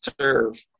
serve